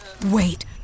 wait